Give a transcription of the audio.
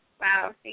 Wow